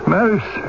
Marius